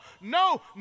no